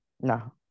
No